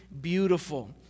beautiful